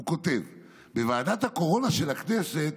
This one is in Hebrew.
הוא כותב: "בוועדת הקורונה של הכנסת